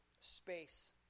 space